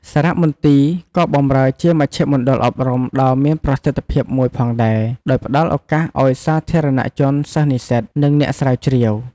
សារមន្ទីរក៏បម្រើជាមជ្ឈមណ្ឌលអប់រំដ៏មានប្រសិទ្ធភាពមួយផងដែរ ដោយផ្តល់ឱកាសឲ្យសាធារណជន សិស្ស និស្សិត និងអ្នកស្រាវជ្រាវ។